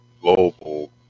global